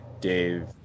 Dave